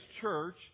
church